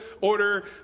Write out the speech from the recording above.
order